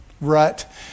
rut